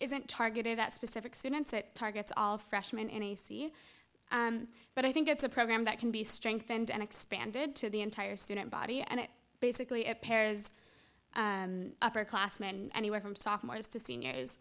isn't targeted at specific students it targets all freshmen any see it but i think it's a program that can be strengthened and expanded to the entire student body and it basically it pairs and upperclassmen anywhere from sophomores to seniors